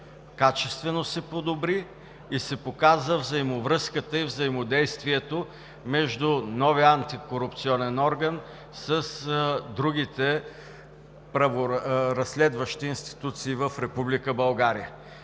качествено се подобри и се показа взаимовръзката и взаимодействието между новия антикорупционен орган с другите праворазследващи институции в